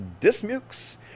Dismukes